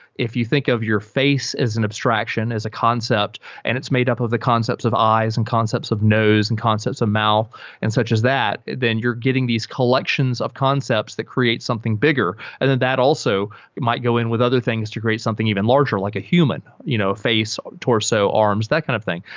if you think of your face as an abstraction, as a concept, and it's made up of the concepts of eyes and concepts of nose and concepts of mouth and such as that, then you're getting these collections of concepts that create something bigger. then that also might go in with other things to create something even larger, like a human you know face, torso, arms, that kind of thing.